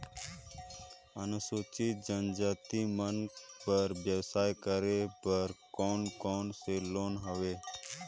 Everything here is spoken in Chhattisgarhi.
अनुसूचित जनजाति मन बर व्यवसाय करे बर कौन कौन से लोन हवे?